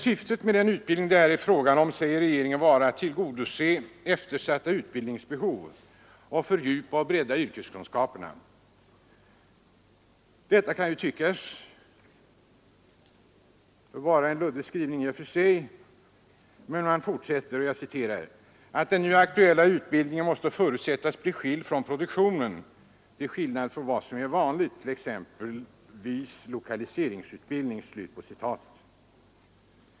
Syftet med den utbildning det här är fråga om säger regeringen vara ”att tillgodose eftersatta utbildningsbehov och att fördjupa och bredda yrkeskunskaperna”. Detta kan ju tyckas vara en luddig skrivning i och för sig, och man tillägger att ”den nu aktuella utbildningen måste förutsättas bli skild från produktionen — till skillnad från vad som är vanligt vid t.ex. lokaliseringsutbildning ———”.